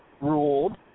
ruled